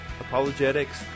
apologetics